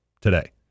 today